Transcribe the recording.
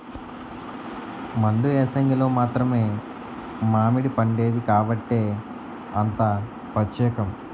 మండు ఏసంగిలో మాత్రమే మావిడిపండేది కాబట్టే అంత పచ్చేకం